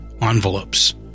envelopes